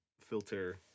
filter